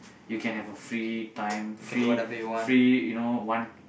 you can have a free time free free you know one